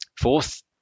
fourth